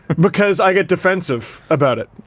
because i get defensive about it.